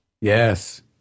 Yes